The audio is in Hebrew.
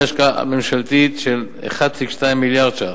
בהשקעה ממשלתית של 1.2 מיליארד ש"ח,